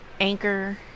Anchor